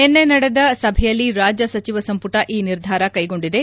ನಿನ್ನೆ ನಡೆದ ಸಭೆಯಲ್ಲಿ ರಾಜ್ಯ ಸಚಿವ ಸಂಪುಟ ಈ ನಿಧಾರ ಕೈಗೊಂಡಿದೆ